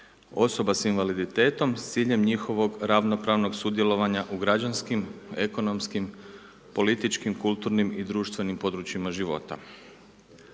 osoba s invaliditetom s ciljem njihovog ravnopravnog sudjelovanja u građanskim ekonomskim političkim, kulturnim i društvenim područjima života.